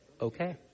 okay